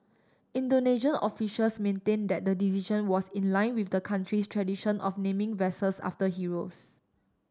Indonesian officials maintain that the decision was in line with the country's tradition of naming vessels after heroes